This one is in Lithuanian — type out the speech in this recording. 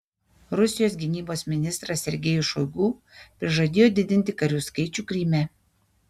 rusijos gynybos ministras sergejus šoigu prižadėjo didinti karių skaičių kryme